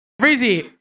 Breezy